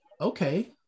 okay